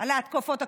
על ההתקפות הקודמות.